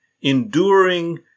enduring